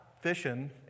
fishing